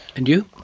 and you?